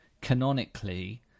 canonically